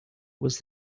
was